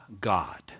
God